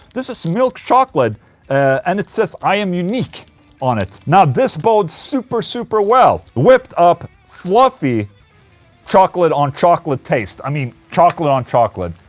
this is milk chocolate and it says i am unique on it now this bodes super super well whipped up fluffy chocolate on chocolate taste, i mean. chocolate on chocolate.